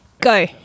Go